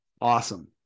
awesome